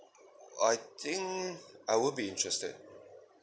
I think I would be interested